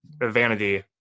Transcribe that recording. vanity